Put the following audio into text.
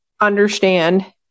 understand